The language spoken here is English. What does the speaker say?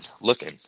looking